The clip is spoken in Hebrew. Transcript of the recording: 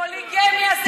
פוליגמיה זו עבירה על החוק.